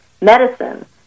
medicine